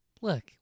Look